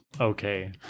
okay